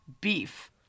beef